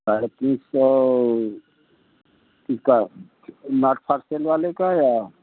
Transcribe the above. साढ़े तीन सौ किसका नौट फोर सेल वाले का या